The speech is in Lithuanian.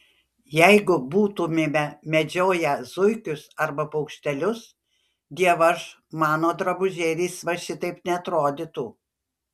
jeigu būtumėme medžioję zuikius arba paukštelius dievaž mano drabužėlis va šitaip neatrodytų